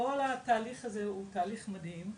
כל התהליך הזה הוא תהליך מדהים.